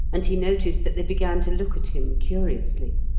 and he noticed that they began to look at him curiously.